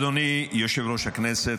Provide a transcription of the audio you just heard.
אדוני יושב-ראש הכנסת,